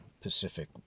Pacific